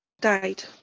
died